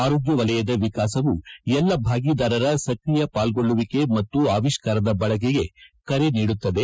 ಆರೋಗ್ಯ ವಲಯದ ವಿಕಾಸವು ಎಲ್ಲಾ ಭಾಗೀದಾರರ ಸಕ್ರಿಯ ಪಾಲ್ಗೊಳ್ಳುವಿಕೆ ಮತ್ತು ಆವಿಷ್ಕಾರದ ಬಳಕೆಗೆ ಕರೆ ನೀಡುತ್ತದೆ